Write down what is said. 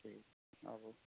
ठीक आबू